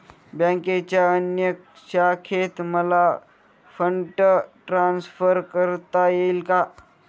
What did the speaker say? बँकेच्या अन्य शाखेत मला फंड ट्रान्सफर करता येईल का?